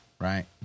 right